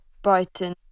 Brighton